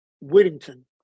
Whittington